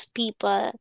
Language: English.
people